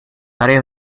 áreas